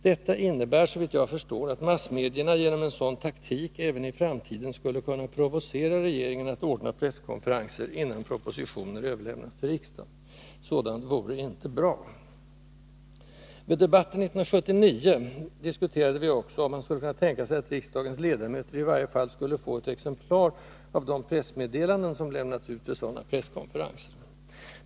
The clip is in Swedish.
Detta innebär, såvitt jag förstår, att massmedierna genom en sådan taktik även i framtiden skulle kunna provocera regeringen att ordna presskonferenser innan propositioner överlämnas till riksdagen. Sådant vore inte bra. Vid debatten 1979 diskuterade vi också om man skulle kunna tänka sig att riksdagens ledamöter i varje fall skulle få ett exemplar av de pressmeddelanden som lämnats ut vid sådana presskonferenser.